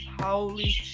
holy